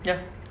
ya